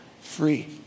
free